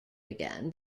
began